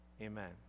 amen